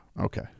okay